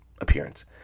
appearance